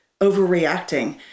overreacting